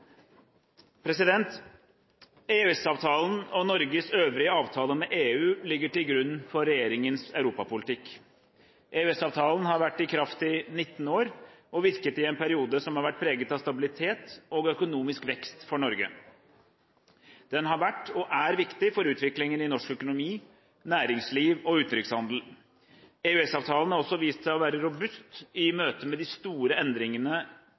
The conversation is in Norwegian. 16. EØS-avtalen og Norges øvrige avtaler med EU ligger til grunn for regjeringens europapolitikk. EØS-avtalen har vært i kraft i 19 år og virket i en periode som har vært preget av stabilitet og økonomisk vekst for Norge. Den har vært og er viktig for utviklingen i norsk økonomi, næringsliv og utenrikshandel. EØS-avtalen har også vist seg å være robust i møte med de store endringene